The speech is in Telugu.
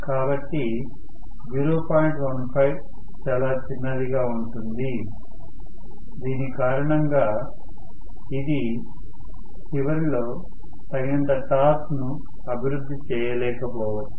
15 చాలా చిన్నదిగా ఉంటుంది దీని కారణంగా ఇది చివరిలో తగినంత టార్క్ ను అభివృద్ధి చేయలేకపోవచ్చు